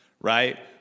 right